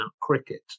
cricket